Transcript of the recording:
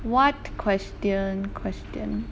what question question